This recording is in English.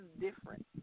different